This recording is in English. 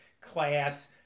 class